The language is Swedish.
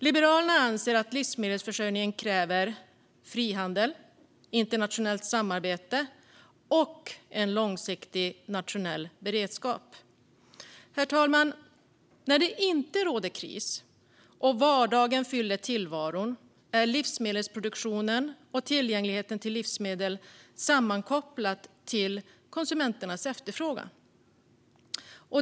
Liberalerna anser att livsmedelsförsörjningen kräver frihandel, internationellt samarbete och en långsiktig nationell beredskap. Herr talman! När det inte råder kris och vardagen fyller tillvaron är livsmedelsproduktionen och tillgängligheten till livsmedel sammankopplade med konsumenternas efterfrågan.